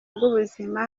rw’ubuzima